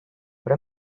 what